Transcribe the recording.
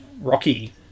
Rocky